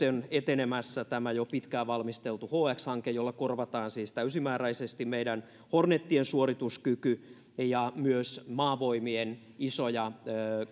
on etenemässä tämä jo pitkään valmisteltu hx hanke jolla korvataan siis täysimääräisesti meidän hornetiemme suorituskyky ja myös maavoimien isoja